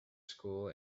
school